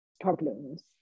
problems